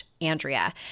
Andrea